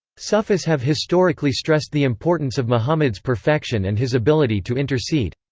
sufis have historically stressed the importance of muhammad's perfection and his ability to intercede.